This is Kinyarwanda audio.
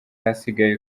hasigaye